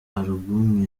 album